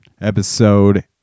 episode